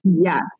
Yes